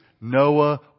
Noah